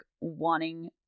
Wanting